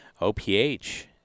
OPH